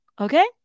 Okay